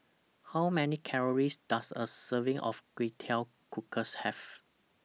How Many Calories Does A Serving of Kway Teow Cockles Have